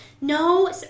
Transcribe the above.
No